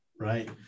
right